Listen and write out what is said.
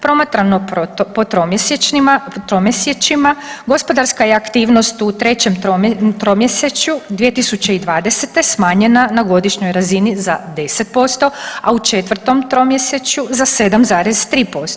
Promatramo po tromjesečjima, gospodarska je aktivnost u 3. tromjesečju 2020. smanjena na godišnjoj razini za 10%, a u 4. tromjesečju za 7,3%